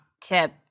tip